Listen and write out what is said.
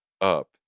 up